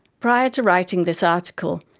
prior to writing this article,